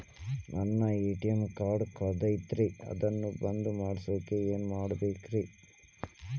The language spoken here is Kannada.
ನನ್ನ ಎ.ಟಿ.ಎಂ ಕಾರ್ಡ್ ಕಳದೈತ್ರಿ ಅದನ್ನ ಬಂದ್ ಮಾಡಸಾಕ್ ಏನ್ ಮಾಡ್ಬೇಕ್ರಿ?